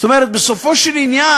זאת אומרת, בסופו של עניין,